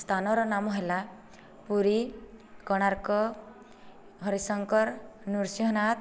ସ୍ଥାନର ନାମ ହେଲା ପୁରୀ କୋଣାର୍କ ହରିଶଙ୍କର ନୃସିଂହନାଥ